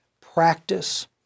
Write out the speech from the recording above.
Practice